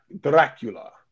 Dracula